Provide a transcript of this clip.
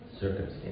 circumstance